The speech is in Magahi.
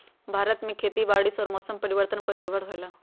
भारत में खेती बारिश और मौसम परिवर्तन पर निर्भर होयला